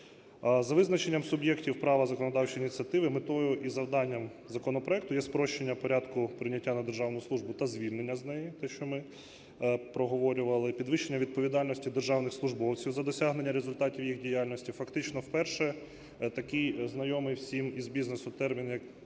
За визначенням суб'єктів права законодавчої ініціативи метою і завданням законопроекту є спрощення порядку прийняття на державну службу та звільнення з неї, те що ми проговорювали; підвищення відповідальності державних службовців за досягнення результатів їх діяльності. Фактично вперше такий знайомий всім із бізнесу термін